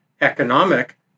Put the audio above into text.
economic